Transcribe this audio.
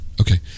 Okay